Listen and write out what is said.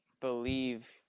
believe